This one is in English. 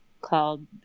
called